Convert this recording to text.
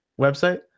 website